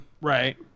Right